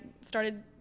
started